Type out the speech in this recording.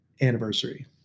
anniversary